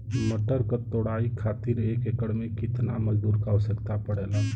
मटर क तोड़ाई खातीर एक एकड़ में कितना मजदूर क आवश्यकता पड़ेला?